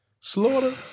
Slaughter